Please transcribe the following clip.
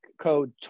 code